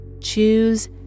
choose